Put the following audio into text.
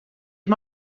amb